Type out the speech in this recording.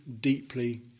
deeply